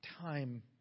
Time